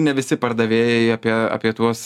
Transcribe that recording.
ne visi pardavėjai apie apie tuos